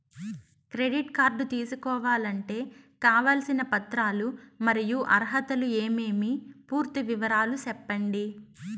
Credit card తీసుకోవాలంటే కావాల్సిన పత్రాలు మరియు అర్హతలు ఏమేమి పూర్తి వివరాలు సెప్పండి?